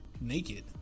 naked